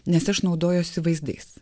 nes aš naudojuosi vaizdais